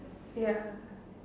ya